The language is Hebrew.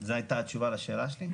זו הייתה התשובה לשאלה שלי?